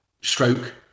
stroke